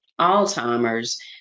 alzheimer's